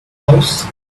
house